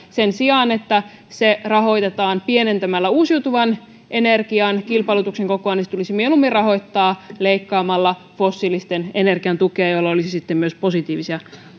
sen sijaan että se rahoitetaan pienentämällä uusiutuvan energian kilpailutuksen kokoa se tulisi mieluummin rahoittaa leikkaamalla fossiilisen energian tukea ja sitäkin kautta olisi sitten positiivisia